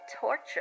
torture